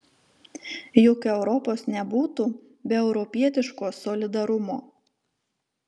juk europos nebūtų be europietiško solidarumo